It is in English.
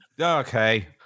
Okay